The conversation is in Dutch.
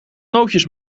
nootjes